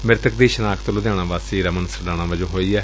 ਮ੍ਰਿਤਕ ਦੀ ਸ਼ਨਾਖਤ ਲੁਧਿਆਣਾ ਵਾਸੀ ਰਮਨ ਸਿਡਾਣਾ ਵਜੋਂ ਹੋਈ ਏ